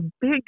big